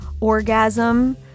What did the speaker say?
orgasm